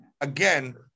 again